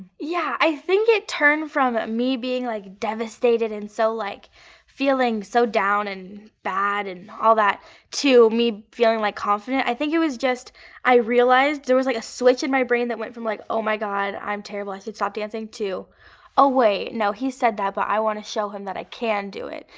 yeah i think it turned from me being like devastated and so feeling so down and bad and all that to me feeling like confident. i think it was just i realized. there was like a switch in my brain that went from like, oh, my god, i'm terrible. i should stop dancing, to oh ah wait, no he said that but i want to show him that i can do it.